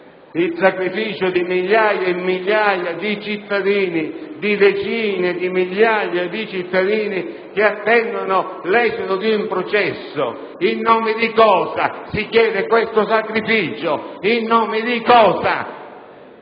il sacrificio di migliaia e migliaia di cittadini, di decine di migliaia di cittadini che attendono l'esito di un processo? In nome di cosa si chiede questo sacrificio? In nome di cosa,